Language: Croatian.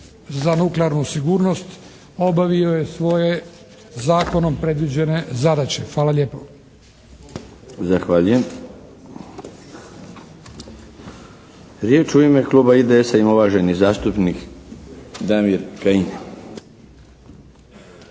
za nuklearnu sigurnost obavio je svoje zakonom predviđene zadaće. Hvala lijepo. **Milinović, Darko (HDZ)** Zahvaljujem. Riječ u ime Kluba IDS-a ima uvaženi zastupnik Damir Kajin.